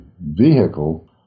vehicle